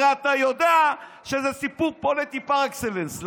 הרי אתה יודע שזה סיפור פוליטי פר אקסלנס.